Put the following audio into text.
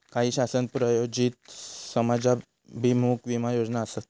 काही शासन प्रायोजित समाजाभिमुख विमा योजना आसत